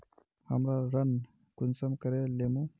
हमरा ऋण कुंसम करे लेमु?